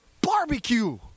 barbecue